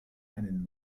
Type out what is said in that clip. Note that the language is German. einen